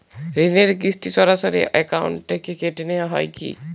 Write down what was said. ঋণের কিস্তি সরাসরি অ্যাকাউন্ট থেকে কেটে নেওয়া হয় কি?